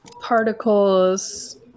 particles